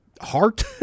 heart